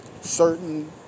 certain